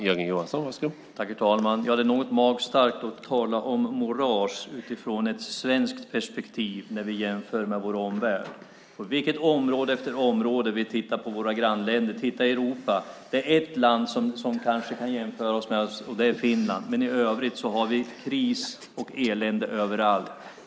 Herr talman! Det är något magstarkt att tala om moras i svenskt perspektiv när vi jämför med vår omvärld. Det gäller på område efter område när vi tittar på Europa. Det är ett land som vi kanske kan jämföra oss med, och det är Finland. I övrigt har vi kris och elände överallt.